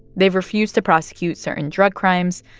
they've refused to prosecute certain drug crimes,